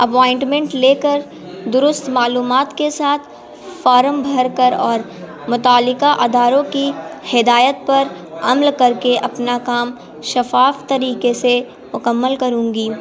appointment لے کر درست معلومات کے ساتھ فارم بھر کر اور متعلقہ اداروں کی ہدایت پر عمل کر کے اپنا کام شفاف طریقے سے مکمل کروں گی